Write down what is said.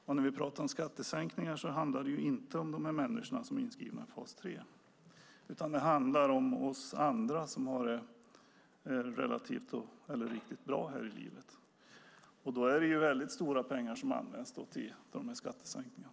Och när vi talar om skattesänkningar handlar det inte om de människor som är inskrivna i fas 3 utan om oss andra som har det relativt eller riktigt bra här i livet. Det är stora pengar som används till skattesänkningar.